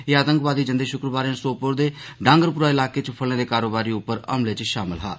एह् आतंकवादी जंदे शुक्रवारें सोपोर दे डागरपोरा इलाके च फलें दे कारोबारी उप्पर हमले च शामल हा